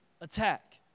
attack